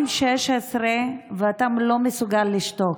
ב-2016, ואתה לא מסוגל לשתוק.